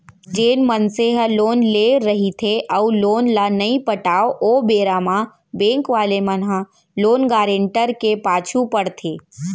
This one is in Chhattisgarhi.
जेन मनसे ह लोन लेय रहिथे अउ लोन ल नइ पटाव ओ बेरा म बेंक वाले मन ह लोन गारेंटर के पाछू पड़थे